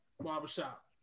Barbershop